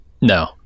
no